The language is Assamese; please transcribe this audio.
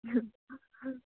আৰু